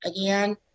again